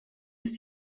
ist